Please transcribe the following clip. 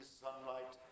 sunlight